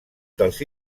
dels